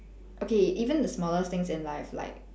okay even the smallest things in life like